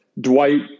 Dwight